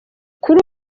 kuri